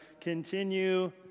continue